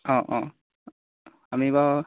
অঁ অঁ আমি বাৰু